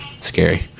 scary